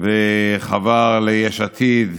כשהוא חבר ליש עתיד,